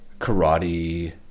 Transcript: karate